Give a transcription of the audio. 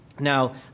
Now